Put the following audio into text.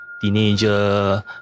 teenager